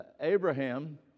Abraham